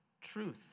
truth